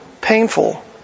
painful